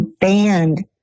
banned